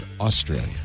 Australia